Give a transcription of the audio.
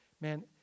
Man